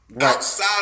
outside